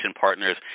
Partners